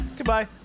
Goodbye